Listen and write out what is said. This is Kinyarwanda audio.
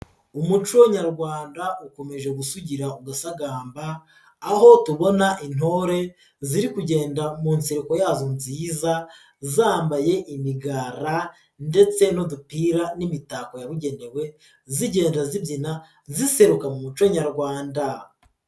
Umuco nyarwanda ukomeje gusugira ugasagamba aho tubona intore ziri kugenda mu nsereko yazo nziza zambaye imigara ndetse n'udupira n'imitako yabugenewe zigenda zibyina ziseruka mu muco nyarwanda.